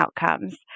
outcomes